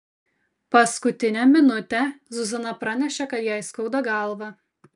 paskutinę minutę zuzana pranešė kad jai skauda galvą